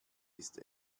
ist